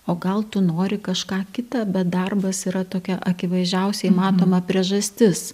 o gal tu nori kažką kitą bet darbas yra tokia akivaizdžiausiai matoma priežastis